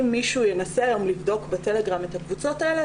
אם מישהו ינסה היום לבדוק בטלגרם את הקבוצות האלה,